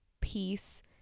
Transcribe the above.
peace